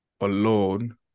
alone